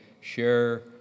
share